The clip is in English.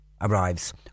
arrives